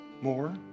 more